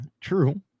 True